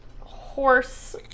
horse